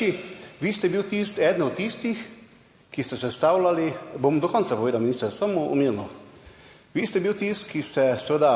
če vi ste bil tisti, eden od tistih, ki ste sestavljali, bom do konca povedal, minister, samo mirno, vi ste bil tisti, ki ste seveda